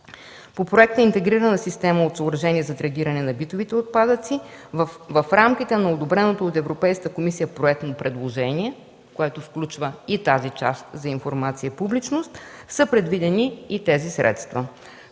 По Проекта „Интегрирана система от съоръжения за третиране на битовите отпадъци” в рамките на одобреното от Европейската комисия проектно предложение, което включва и тази част – за информация и публичност, са предвидени и тези средства.